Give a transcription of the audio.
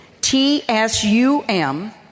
T-S-U-M